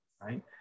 right